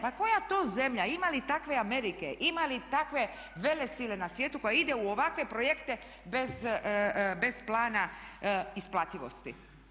Pa koja to zemlja, ima li takve Amerike, ima li takve velesile na svijetu koja ide u ovakve projekte bez plana isplativosti.